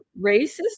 racist